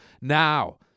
now